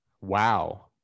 Wow